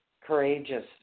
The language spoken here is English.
courageous